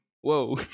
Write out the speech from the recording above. Whoa